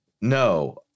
No